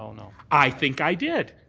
no. i think i did.